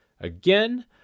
again